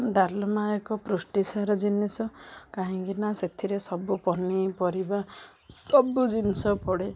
ଡାଲମା ଏକ ପୃଷ୍ଟିସାର ଜିନିଷ କାହିଁକିନା ସେଥିରେ ସବୁ ପନିପରିବା ସବୁ ଜିନିଷ ପଡ଼େ